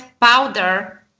powder